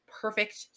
perfect